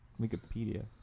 Wikipedia